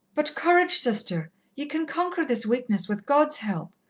but courage, sister, ye can conquer this weakness with god's help.